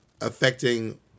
affecting